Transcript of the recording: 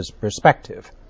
perspective